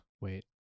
Wait